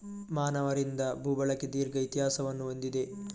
ಮಾನವರಿಂದ ಭೂ ಬಳಕೆ ದೀರ್ಘ ಇತಿಹಾಸವನ್ನು ಹೊಂದಿದೆ